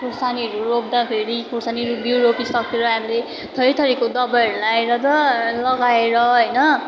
खोर्सानीहरू रोप्दा फेरि खोर्सानीको बिउ रोपिसकेर हामीले थरी थरीको दबाईहरू लगाएर लगाएर होइन